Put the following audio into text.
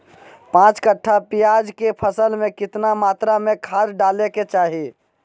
पांच कट्ठा प्याज के फसल में कितना मात्रा में खाद डाले के चाही?